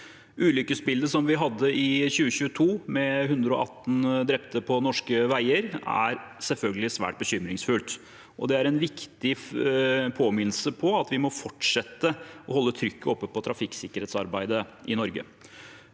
Ulykkesbildet vi hadde i 2022, med 118 drepte på norske veier, er selvfølgelig svært bekymringsfullt, og det er en viktig påminnelse om at vi må fortsette å holde trykket oppe på trafikksikkerhetsarbeidet i Norge.